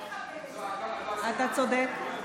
צריך לחוקק, אתה צודק.